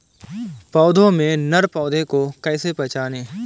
पौधों में नर पौधे को कैसे पहचानें?